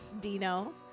Dino